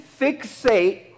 fixate